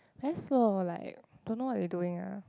very slow like don't know what they doing ah